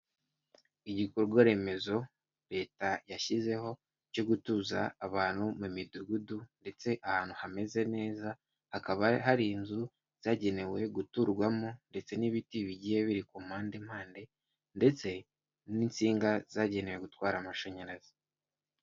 Igikorwa remezo leta yashyizeho cyo gutuza abantu mu midugudu ndetse ahantu hameze neza hakaba hari inzu zagenewe guturwamo ndetse n'ibiti bigiye biri ku mpande mpande ndetse n'insinga zagenewe gutwara amashanyarazi.